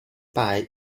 pie